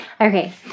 Okay